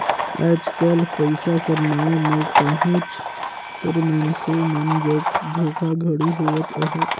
आएज काएल पइसा कर नांव में कहोंच कर मइनसे मन जग धोखाघड़ी होवत अहे